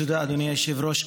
תודה, אדוני היושב-ראש.